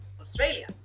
Australia